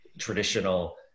traditional